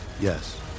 Yes